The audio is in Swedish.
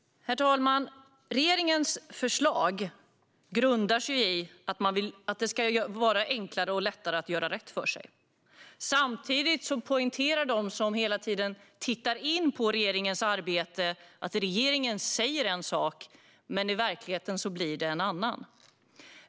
Herr talman! Regeringens förslag grundar sig i att det ska vara enklare och lättare att göra rätt för sig. Samtidigt poängterar de som hela tiden tittar på regeringens arbete att regeringen säger en sak medan det i verkligheten blir en annan sak.